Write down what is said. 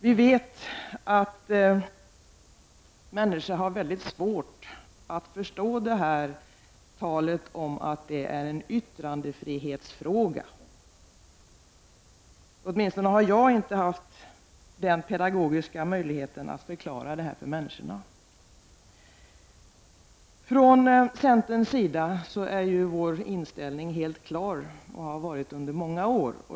Vi vet att människor har väldigt svårt att förstå talet om att det är en yttrandefrihetsfråga. Åtminstone har jag inte haft den pedagogiska möjligheten att förklara detta för människorna. Från centerns sida är vår inställning helt klar och har varit det under många år.